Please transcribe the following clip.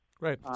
Right